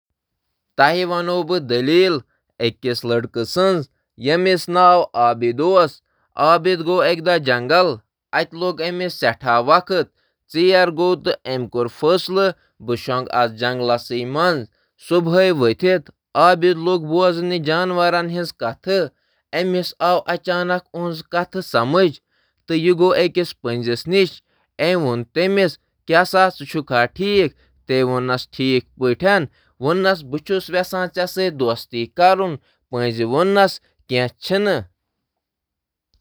بہٕ وَنَن أکِس کردارس مُتعلِق اکھ دٔلیٖل، أمۍ سُنٛد ناو عابد چھُ، اکہِ دۄہ گوٚو سُہ جنگلس منٛز، سُہ گوٚو تتہِ ژیٖر، تٔمۍ کوٚر ییٚتہِ روزنُک فٲصلہٕ، ییٚلہِ سُہ صُبحٲے وۄتھ، سُہ بوزِ جاناوارن تہٕ جانورن ہٕنٛز کتھ، یُس جانورن ہٕنٛز زبان سمجھنس قٲبل اوس، تٔمۍ وچھ اکھ پٔنٛزۍ پٔنٛزۍ پرٛژھ۔ کیٛاہ ژٕ ہٮ۪کہٕ مےٚ سۭتۍ دوستی کٔرِتھ، پٔنٛزَن ووٚن ٹھیک۔